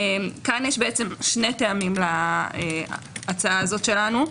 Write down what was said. כאן יש שני טעמים להצעה שלנו: